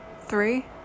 Three